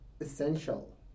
essential